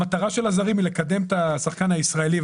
המטרה של הזרים היא לקדם את השחקן הישראלי.